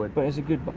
but but it's a good but